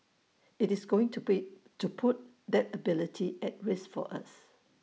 IT is going to be to put that ability at risk for us